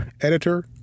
Editor